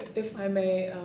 if i may,